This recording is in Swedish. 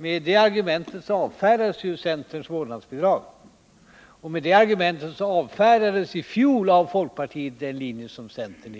Med det argumentet avfärdas centerns förslag till vårdnadsbidrag, och med det argumentet avfärdades i fjol av folkpartiet den linje som centern